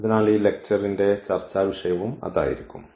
അതിനാൽ ഈ ലെക്ച്ചർന്റെ ചർച്ചാവിഷയവും അതായിരിക്കും